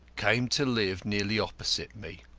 came to live nearly opposite me.